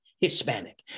Hispanic